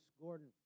Gordon